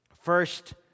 First